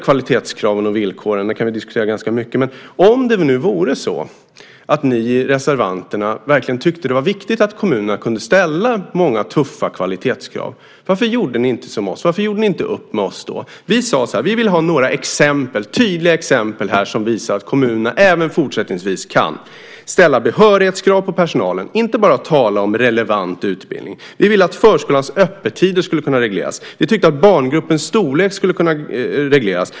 Kvalitetskraven och villkoren kan vi diskutera ganska mycket, men om det nu vore så att ni reservanter verkligen tyckte det var viktigt att kommunerna kunde ställa många tuffa kvalitetskrav, varför gjorde ni inte upp med oss då? Vi sade så här: Vi vill ha några tydliga exempel som visar att kommunerna även fortsättningsvis kan ställa behörighetskrav på personalen - inte bara tala om relevant utbildning. Vi ville att förskolans öppettider skulle kunna regleras. Vi tyckte att barngruppens storlek skulle kunna regleras.